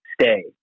stay